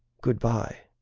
good-by.